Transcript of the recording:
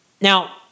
Now